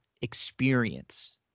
experience